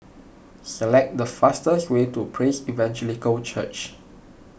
select the fastest way to Praise Evangelical Church